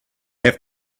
have